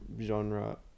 genre